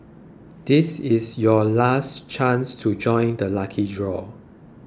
this is your last chance to join the lucky draw